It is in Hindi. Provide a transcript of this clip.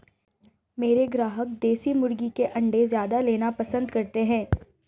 मेरे ग्राहक देसी मुर्गी के अंडे ज्यादा लेना पसंद करते हैं